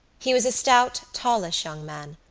he was a stout, tallish young man.